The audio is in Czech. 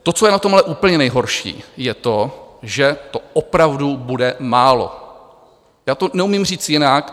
To, co je na tom ale úplně nejhorší, je to, že to opravdu bude málo, já to neumím říct jinak.